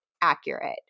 accurate